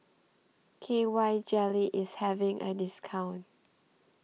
K Y Jelly IS having A discount